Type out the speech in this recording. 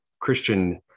Christian